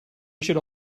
should